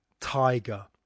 tiger